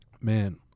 man